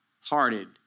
hearted